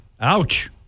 Ouch